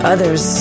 Others